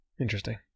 Interesting